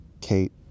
Kate